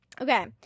okay